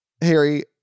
Harry